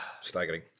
Staggering